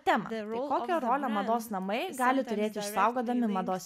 temą tai kokią rolę mados namai gali turėti išsaugodami mados